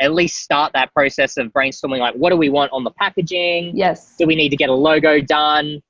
at least start that process of brainstorming like what do we want on the packaging? yes. do we need to get a logo done?